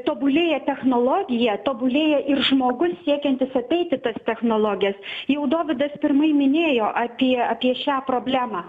tobulėja technologija tobulėja ir žmogus siekiantis ateiti į tas technologijas jau dovydas pirmai minėjo apie apie šią problemą